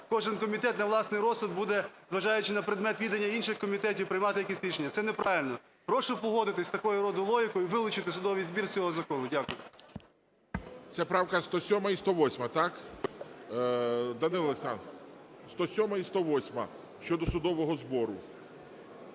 кожен комітет на власний розсуд буде, зважаючи на предмет відання інших комітетів, приймати якісь рішення. Це неправильно. Прошу погодитись з такого роду логікою і вилучити судовий збір з цього закону. Дякую. ГОЛОВУЮЧИЙ. Це правка 107 і 108, так? Данило Олександрович, 107-а і 108-а – щодо судового збору.